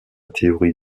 théorie